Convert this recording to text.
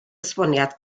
esboniad